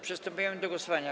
Przystępujemy do głosowania.